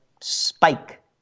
spike